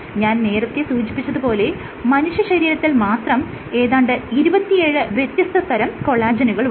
ഞാൻ നേരത്തെ സൂചിപ്പിച്ചത് പോലെ മനുഷ്യശരീരത്തിൽ മാത്രം ഏതാണ്ട് 27 വ്യത്യസ്ത തരം കൊളാജെനുകൾ ഉണ്ട്